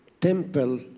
temple